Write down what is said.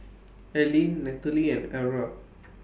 Allene Nataly and Arah